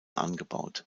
angebaut